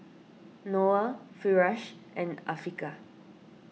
Noah Firash and Afiqah